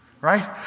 Right